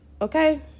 Okay